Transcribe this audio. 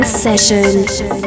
session